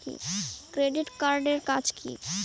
Credit card এর কাজ কি?